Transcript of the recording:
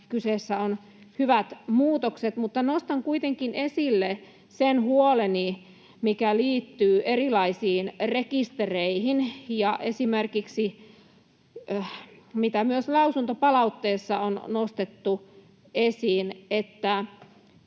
kyseessä ovat hyvät muutokset, mutta nostan kuitenkin esille huoleni, mikä liittyy erilaisiin rekistereihin. Esimerkiksi, mitä myös lausuntopalautteessa on nostettu esiin, onko